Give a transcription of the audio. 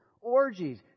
orgies